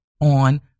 on